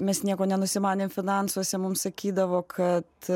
mes nieko nenusimanėm finansuose mums sakydavo kad